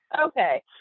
Okay